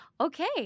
Okay